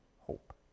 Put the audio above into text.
hope